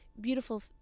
beautiful